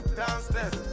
downstairs